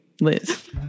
Liz